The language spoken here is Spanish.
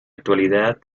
actualidad